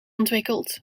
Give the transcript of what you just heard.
ontwikkeld